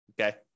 okay